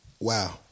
Wow